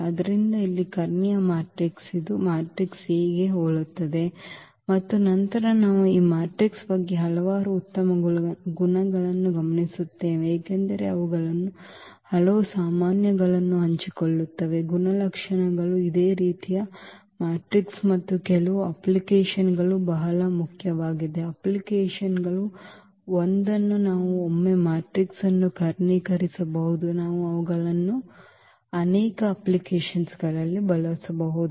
ಆದ್ದರಿಂದ ಇಲ್ಲಿ ಕರ್ಣೀಯ ಮ್ಯಾಟ್ರಿಕ್ಸ್ ಇದು ಮ್ಯಾಟ್ರಿಕ್ಸ್ A ಗೆ ಹೋಲುತ್ತದೆ ಮತ್ತು ನಂತರ ನಾವು ಈ ಮ್ಯಾಟ್ರಿಕ್ಸ್ ಬಗ್ಗೆ ಹಲವಾರು ಉತ್ತಮ ಗುಣಗಳನ್ನು ಗಮನಿಸುತ್ತೇವೆ ಏಕೆಂದರೆ ಅವುಗಳು ಹಲವು ಸಾಮಾನ್ಯಗಳನ್ನು ಹಂಚಿಕೊಳ್ಳುತ್ತವೆ ಗುಣಲಕ್ಷಣಗಳು ಇದೇ ರೀತಿಯ ಮ್ಯಾಟ್ರಿಕ್ಸ್ ಮತ್ತು ಕೆಲವು ಅಪ್ಲಿಕೇಶನ್ಗಳು ಬಹಳ ಮುಖ್ಯವಾದ ಅಪ್ಲಿಕೇಶನ್ಗಳು ಒಂದನ್ನು ನಾವು ಒಮ್ಮೆ ಮ್ಯಾಟ್ರಿಕ್ಸ್ ಅನ್ನು ಕರ್ಣೀಕರಿಸಬಹುದು ನಾವು ಅವುಗಳನ್ನು ನಾವು ಅನೇಕ ಅಪ್ಲಿಕೇಶನ್ಗಳಲ್ಲಿ ಬಳಸಬಹುದು